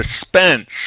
suspense